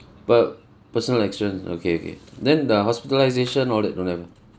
per~ personal accident okay okay then the hospitalisation all that don't have ah